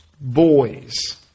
boys